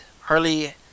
Harley